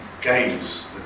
games